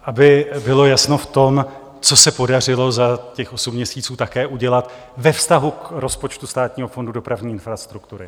Aby bylo jasno v tom, co se podařilo za těch osm měsíců také udělat ve vztahu k rozpočtu Státního fondu dopravní infrastruktury.